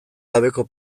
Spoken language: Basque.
gabeko